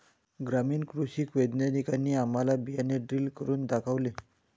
ग्रामीण कृषी वैज्ञानिकांनी आम्हाला बियाणे ड्रिल करून दाखवले